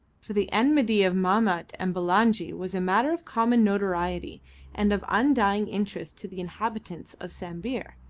for the enmity of mahmat and bulangi was a matter of common notoriety and of undying interest to the inhabitants of sambir.